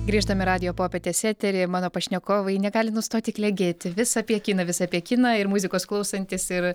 grįžtam į radijo popietės eterį mano pašnekovai negali nustoti klegėti vis apie kiną vis apie kiną ir muzikos klausantis ir